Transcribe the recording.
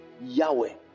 Yahweh